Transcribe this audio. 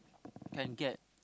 can get